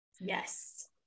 yes